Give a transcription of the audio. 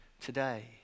today